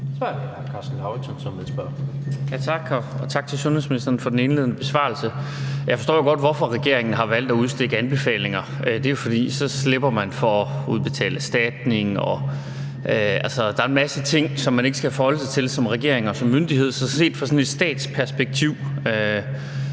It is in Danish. tak til sundhedsministeren for den indledende besvarelse. Jeg forstår jo godt, hvorfor regeringen har valgt at udstikke anbefalinger. Det er, fordi man så slipper for at udbetale erstatning. Der er en masse ting, som man ikke skal forholde sig til som regering og som myndighed. Så set fra sådan et statsperspektiv